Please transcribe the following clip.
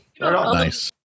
Nice